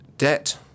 debt